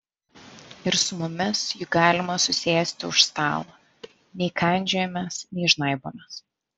ir su mumis juk galima susėsti už stalo nei kandžiojamės nei žnaibomės